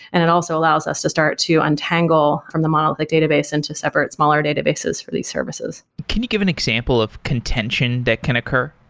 and it also allows us to start to untangle from the monolithic database into separate smaller databases for these services can you give an example of contention that can occur?